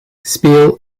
speel